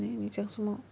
eh 你叫什么